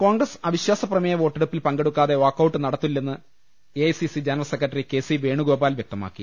കോൺഗ്രസ് അവിശ്വാസ പ്രമേയ വോട്ടെടുപ്പിൽ പങ്കെടു ക്കാതെ വാക്കൌട്ട് നടത്തില്ലെന്ന് AICC general secretary K C Venugopal വ്യക്തമാക്കി